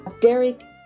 Derek